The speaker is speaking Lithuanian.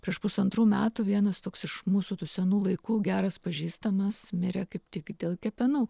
prieš pusantrų metų vienas toks iš mūsų tų senų laikų geras pažįstamas mirė kaip tik dėl kepenų